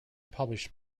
published